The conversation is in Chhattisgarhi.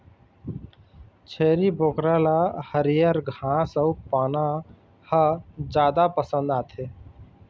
छेरी बोकरा ल हरियर घास अउ पाना ह जादा पसंद आथे